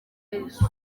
yesu